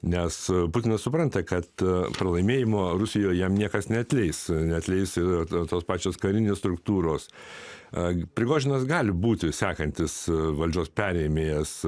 nes putinas supranta kad pralaimėjimo rusijoje jam niekas neatleis neatleis ir tos pačios karinės struktūros e prigožinas gali būti sekantis valdžios perėmėjas